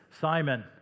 Simon